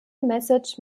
message